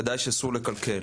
ודאי שאסור לקלקל.